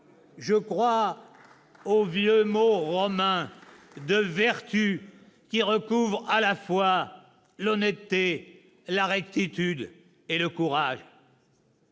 Je crois au vieux mot romain de ″vertu″, qui recouvre à la fois l'honnêteté, la rectitude et le courage.